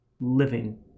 Living